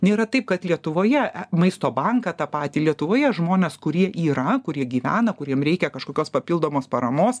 nėra taip kad lietuvoje maisto banką tą patį lietuvoje žmonės kurie yra kurie gyvena kuriem reikia kažkokios papildomos paramos